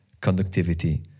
conductivity